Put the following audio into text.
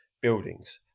buildings